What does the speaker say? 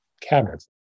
cabinets